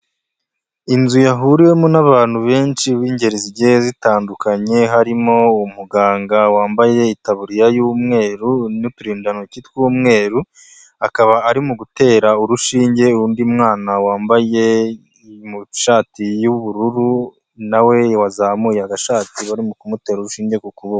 Inzu yahuriwemo n'abantu benshi, b'ingeri zigiye zitandukanye, harimo umuganga wambaye itaburiya y'umweru n'uturindantoki tw'umweru, akaba arimo gutera urushinge undi mwana, wambaye ishati y'ubururu, na we wazamuye agashati barimo kumutera urushinge ku kuboko.